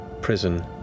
prison